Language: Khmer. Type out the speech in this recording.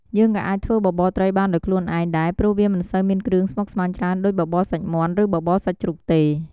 យើងក៏អាចធ្វើបបរត្រីបានដោយខ្លូនឯងដែរព្រោះវាមិនសូវមានគ្រឿងស្មុកស្មាញច្រើនដូច បបរសាច់មាន់ ឬបបរសាច់ជ្រូកទេ។